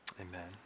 Amen